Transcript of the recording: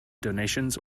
donations